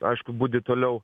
aišku budi toliau